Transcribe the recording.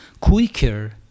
quicker